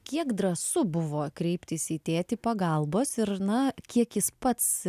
kiek drąsu buvo kreiptis į tėtį pagalbos ir na kiek jis pats